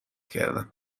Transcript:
کردم